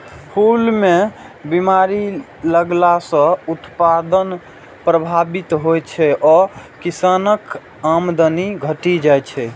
फूल मे बीमारी लगला सं उत्पादन प्रभावित होइ छै आ किसानक आमदनी घटि जाइ छै